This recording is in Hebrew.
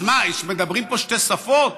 אז מה, מדברים פה שתי שפות?